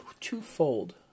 twofold